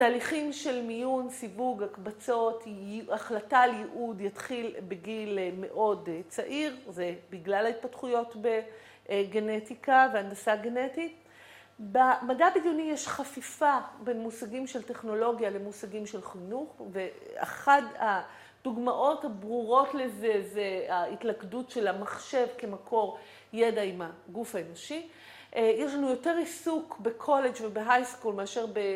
‫תהליכים של מיון, סיווג, הקבצות, ‫החלטה לייעוד יתחיל בגיל מאוד צעיר. ‫זה בגלל ההתפתחויות בגנטיקה ‫והנדסה הגנטית. ‫במדע הבדיוני יש חפיפה ‫בין מושגים של טכנולוגיה ‫למושגים של חינוך, ‫ואחת הדוגמאות הברורות לזה ‫זו ההתלכדות של המחשב ‫כמקור ידע עם הגוף האנושי. ‫יש לנו יותר עיסוק בקולג' ובהייסקול ‫מאשר ב...